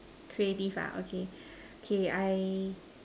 creative ah okay okay I